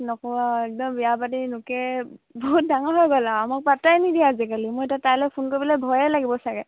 নক'বা একদম বিয়া পাতি লোকে বহুত ডাঙৰ হৈ গ'ল আৰু মোক পাত্তাই নিদিয়ে আজিকালি মই এতিয়া তাইলৈ ফোন কৰিবলৈ ভয়ে লাগিব চাগে